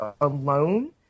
alone